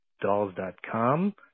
Dolls.com